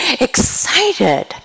excited